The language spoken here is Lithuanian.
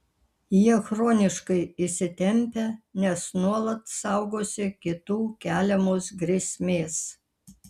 jie chroniškai įsitempę nes nuolat saugosi kitų keliamos grėsmės